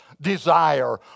desire